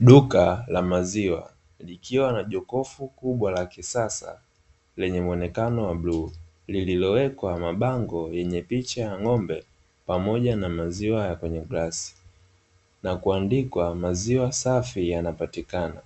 Duka la maziwa likiwa na jokofu kubwa la kisasa lenye mwonekano wa bluu, lililowekwa mabango yenye picha ya ng'ombe pamoja na maziwa ya kwenye glasi na kuandikwa, maziwa safi yanapatikana